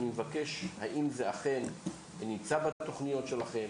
אני מבקש לדעת האם הם אכן נמצאים בתוכניות שלכם?